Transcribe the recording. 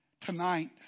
tonight